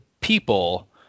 people